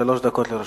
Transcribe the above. שלוש דקות לרשותך.